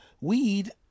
Weed